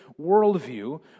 worldview